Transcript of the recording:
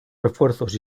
refuerzos